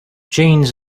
jeans